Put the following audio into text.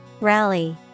Rally